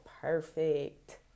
perfect